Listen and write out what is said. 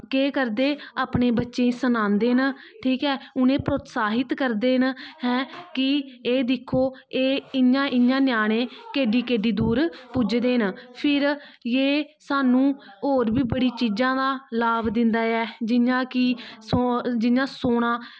कोेह् करदे अपने बच्चें गी सनांदे न ठीक ऐ उनेंगी प्रोत्साहित करदे न कि हैं एह् दिक्खो कि इयां इयां ञ्याने केड्डी केड्डी दूर पुजदे न फिर एह् स्हानू होर बी बड़ी चीज़ां दा लाभ दिंदा ऐ जियां कि जियां सोना